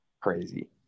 crazy